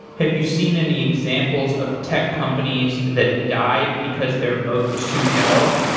have you seen any examples of tech companies that died because their moat was too shallow?